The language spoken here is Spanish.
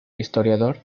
historiador